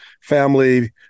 family